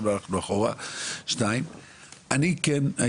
שם הלכנו אחורה.